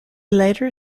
later